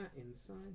inside